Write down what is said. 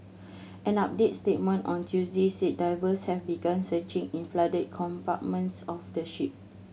an updated statement on Tuesday said divers have begun searching in the flooded compartments of the ship